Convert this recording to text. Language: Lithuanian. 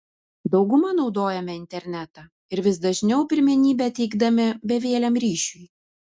dauguma naudojame internetą ir vis dažniau pirmenybę teikdami bevieliam ryšiui